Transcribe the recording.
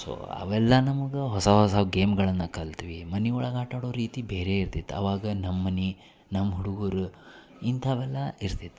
so ಅವೆಲ್ಲ ನಮ್ಗೆ ಹೊಸ ಹೊಸ ಗೇಮ್ಗಳನ್ನು ಕಲಿತ್ವಿ ಮನೆ ಒಳಗೆ ಆಟಾಡೊ ರೀತಿ ಬೇರೆ ಇರ್ತಿತ್ತು ಅವಾಗ ನಮ್ಮ ಮನೆ ನಮ್ಮ ಹುಡುಗರು ಇಂಥಾವೆಲ್ಲ ಇರ್ತಿತ್ತು